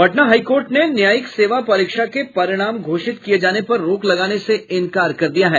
Patna high court ने न्यायिक सेवा परीक्षा के परिणाम घोषित किये जाने पर रोक लगाने से इंकार कर दिया है